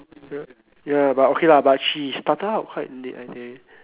ya but okay lah she started out quite late I think